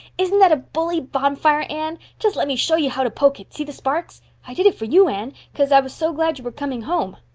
isn't that a bully bonfire, anne? just let me show you how to poke it see the sparks? i did it for you, anne, cause i was so glad you were coming home.